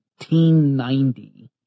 1990